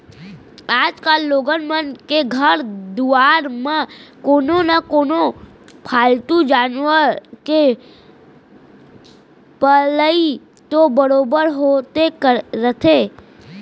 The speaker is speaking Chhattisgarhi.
आजकाल लोगन मन के घर दुवार म कोनो न कोनो पालतू जानवर के पलई तो बरोबर होते रथे